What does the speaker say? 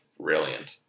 brilliant